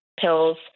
pills